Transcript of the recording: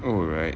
oh right